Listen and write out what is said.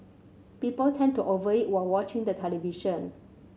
people tend to over eat while watching the television